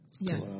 Yes